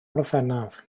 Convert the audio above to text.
orffennaf